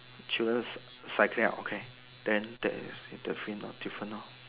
children cycling uh okay then there is different lor different lor